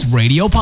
radio